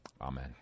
amen